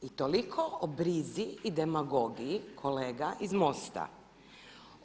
I toliko o brzi i demagogiji kolega iz MOST-a.